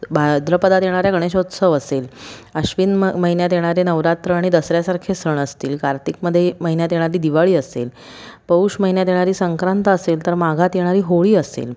भाद्रपदात येणाऱ्या गणेशोत्सव असेल अश्विन म महिन्यात येणारे नवरात्र आणि दसऱ्यासारखे सण असतील कार्तिकमध्ये महिन्यात येणारी दिवाळी असेल पौष महिन्यात येणारी संक्रांत असेल तर माघात येणारी होळी असेल